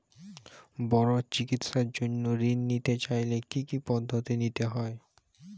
বড় চিকিৎসার জন্য ঋণ নিতে চাইলে কী কী পদ্ধতি নিতে হয়?